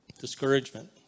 Discouragement